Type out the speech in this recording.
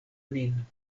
nin